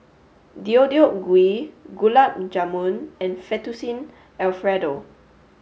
Deodeok Gui Gulab Jamun and Fettuccine Alfredo